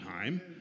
time